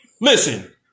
Listen